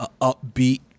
upbeat